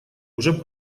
уже